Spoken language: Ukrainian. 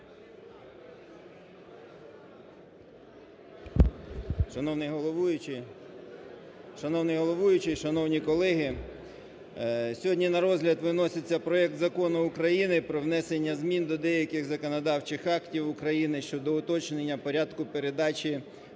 Шановний головуючий, шановні колеги, сьогодні на розгляд виноситься проект Закону України про внесення змін до деяких законодавчих актів України щодо уточнення порядку передачі